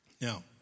Now